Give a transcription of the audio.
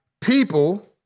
people